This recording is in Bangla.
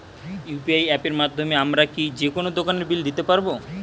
ইউ.পি.আই অ্যাপের মাধ্যমে আমি কি যেকোনো দোকানের বিল দিতে পারবো?